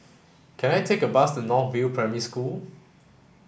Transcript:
can I take a bus to North View Primary School